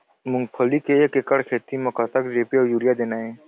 मूंगफली के एक एकड़ खेती म कतक डी.ए.पी अउ यूरिया देना ये?